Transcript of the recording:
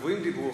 שדיברו,